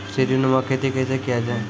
सीडीनुमा खेती कैसे किया जाय?